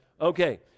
Okay